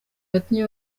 yatumye